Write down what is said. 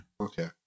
Okay